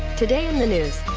today in the news.